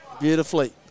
beautifully